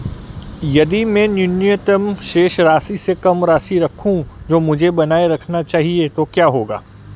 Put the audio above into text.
यदि मैं न्यूनतम शेष राशि से कम राशि रखूं जो मुझे बनाए रखना चाहिए तो क्या होगा?